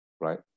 right